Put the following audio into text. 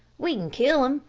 we can kill them,